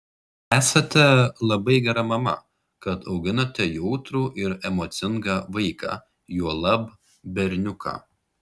esate labai gera mama kad auginate jautrų ir emocingą vaiką juolab berniuką